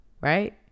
right